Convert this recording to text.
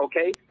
Okay